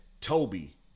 Toby